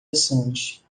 ações